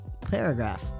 paragraph